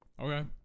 Okay